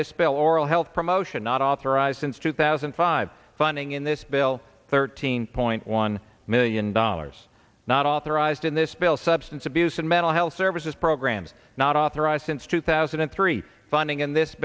bill oral health promotion not authorized since two thousand and five funding in this bill thirteen point one million dollars not authorized in this bill substance abuse and mental health services programs not authorized since two thousand and three funding in this